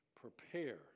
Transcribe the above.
prepare